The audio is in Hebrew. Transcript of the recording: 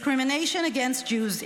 Discrimination against Jews,